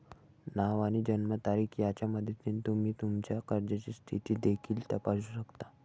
नाव आणि जन्मतारीख यांच्या मदतीने तुम्ही तुमच्या कर्जाची स्थिती देखील तपासू शकता